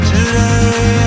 Today